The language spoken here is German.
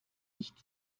nicht